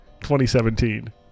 2017